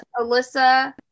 Alyssa